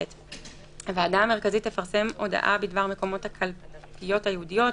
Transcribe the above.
(ב)הוועדה המרכזית תפרסם הודעה בדבר מקומות הקלפיות הייעודיות,